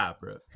bro